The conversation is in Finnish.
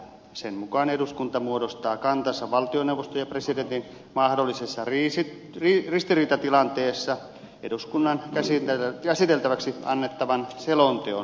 sen mukaan eduskunta muodostaa kantansa valtioneuvoston ja presidentin mahdollisessa ristiriitatilanteessa eduskunnan käsiteltäväksi annettavan selonteon pohjalta